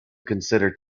consider